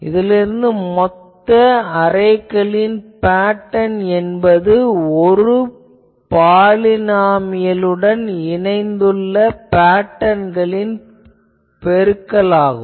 இதிலிருந்து மொத்த அரேக்களின் பேட்டர்ன் என்பது ஒவ்வொரு பாலினாமியலுடன் இணைந்துள்ள பேட்டர்ன்களின் பெருக்கலாகும்